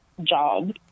job